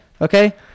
Okay